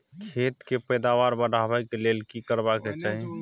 खेत के पैदावार बढाबै के लेल की करबा के चाही?